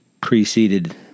preceded